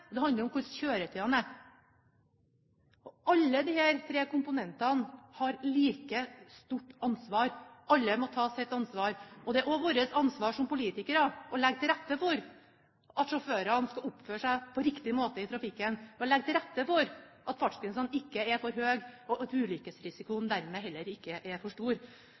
det handler om hvordan kjøretøyene er. Alle disse tre komponentene har like stort ansvar. Alle må ta sitt ansvar, og det er også vårt ansvar som politikere å legge til rette for at sjåførene skal oppføre seg på riktig måte i trafikken, og legge til rette for at fartsgrensen ikke er for høy, og at ulykkesrisikoen dermed heller ikke er for stor.